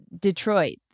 Detroit